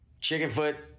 Chickenfoot